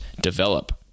develop